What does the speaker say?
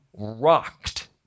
rocked